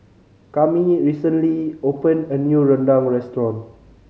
Kami recently opened a new rendang restaurant